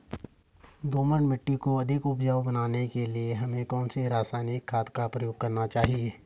दोमट मिट्टी को अधिक उपजाऊ बनाने के लिए हमें कौन सी रासायनिक खाद का प्रयोग करना चाहिए?